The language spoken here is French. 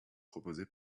proposée